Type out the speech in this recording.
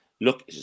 Look